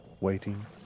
Waiting